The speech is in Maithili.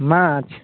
माँछ